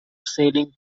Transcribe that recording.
sailing